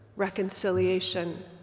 reconciliation